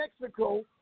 Mexico